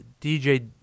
DJ